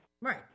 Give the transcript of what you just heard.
Right